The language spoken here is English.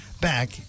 back